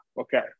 Okay